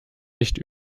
nicht